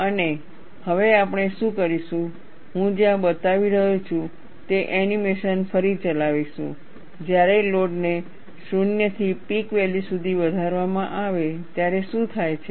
અને હવે આપણે શું કરીશું હું જ્યાં બતાવી રહ્યો છું તે એનિમેશન ફરી ચલાવીશું જ્યારે લોડને 0 થી પીક વેલ્યુ સુધી વધારવામાં આવે ત્યારે શું થાય છે